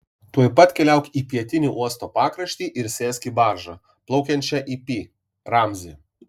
tuoj pat keliauk į pietinį uosto pakraštį ir sėsk į baržą plaukiančią į pi ramzį